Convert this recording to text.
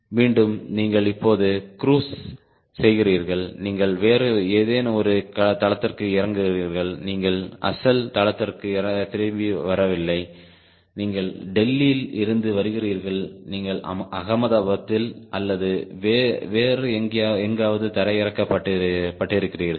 மீண்டும் நீங்கள் இப்போது க்ரூஸ் செய்கிறீர்கள் நீங்கள் வேறு ஏதேனும் ஒரு தளத்தில் இறங்குகிறீர்கள் நீங்கள் அசல் தளத்திற்கு திரும்பி வரவில்லை நீங்கள் டெல்லியில் இருந்து வருகிறீர்கள் நீங்கள் அகமதாபாத்தில் அல்லது வேறு எங்காவது தரையிறக்கப்பட்டிருக்கிறீர்கள்